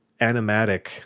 animatic